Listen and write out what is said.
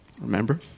Remember